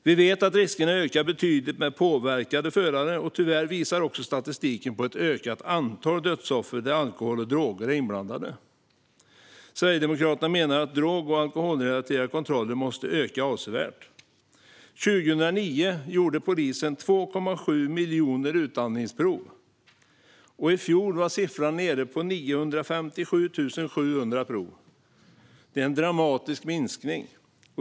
Vi vet att riskerna ökar betydligt med påverkade förare. Tyvärr visar också statistiken på ett ökat antal dödsfall där alkohol eller droger är inblandade. Sverigedemokraterna menar att antalet drog och alkoholrelaterade kontroller måste öka avsevärt. År 2009 gjorde polisen 2,7 miljoner utandningsprov. I fjol var siffran nere på 957 700 prov. Det är en dramatisk minskning.